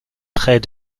près